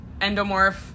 endomorph